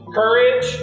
courage